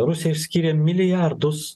rusija skyrė milijardus